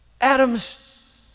Adams